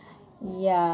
yeah